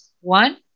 one